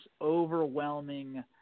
overwhelming –